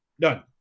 Done